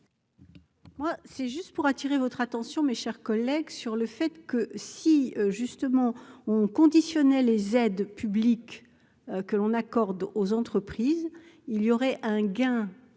c'est juste pour attirer votre attention, mes chers collègues, sur le fait que si justement on conditionnait les aides publiques. Que l'on accorde aux entreprises, il y aurait un gain